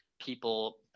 people